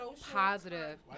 positive